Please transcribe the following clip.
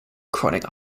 chronic